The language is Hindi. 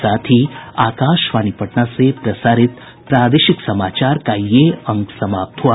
इसके साथ ही आकाशवाणी पटना से प्रसारित प्रादेशिक समाचार का ये अंक समाप्त हुआ